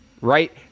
right